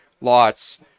lots